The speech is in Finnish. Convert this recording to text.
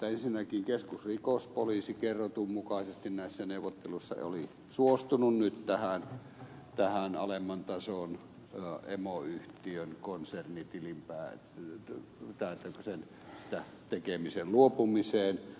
ensinnäkin keskusrikospoliisi kerrotun mukaisesti näissä neuvotteluissa oli suostunut nyt luopumiseen alemman tason emoyhtiön konsernitilinpäätöksen tekemisestä